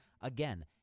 Again